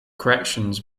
corrections